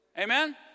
Amen